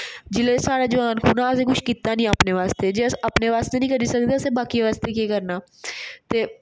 जिसलै साढ़ा जवान खून हा असें कुछ कीता नेईं अपने आस्तै ते अस अपने आस्तै नेईं करी सकदे ते अस बाकी बास्तै केह् करना ते